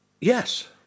Yes